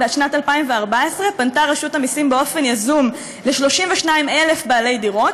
בשנת 2014 פנתה רשות המסים באופן יזום ל-32,000 בעלי דירות,